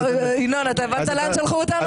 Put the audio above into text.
ינון, אתה הבנת לאן שלחו אותנו?